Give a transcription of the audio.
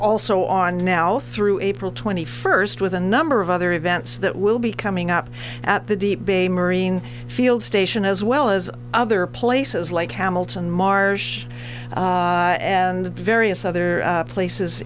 also on now through april twenty first with a number of other events that will be coming up at the deep bay marine field station as well as other places like hamilton marsh and various other places